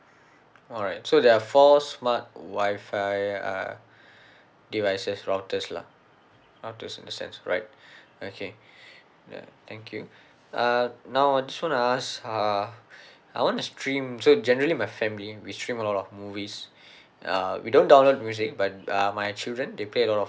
alright so there are four smart wi-fi uh devices routers lah routers in the sense right okay ya thank you uh now I just want to ask uh I want to stream so generally my family we stream a lot of movies uh we don't download music but um my children they play a lot of